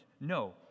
No